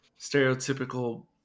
stereotypical